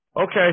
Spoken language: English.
Okay